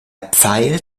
pfeil